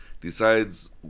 decides